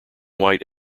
white